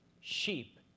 sheep